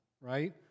right